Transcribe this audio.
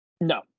No